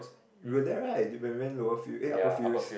you were there right when we went lower field eh upper fields